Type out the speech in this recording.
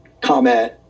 comment